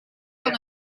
kan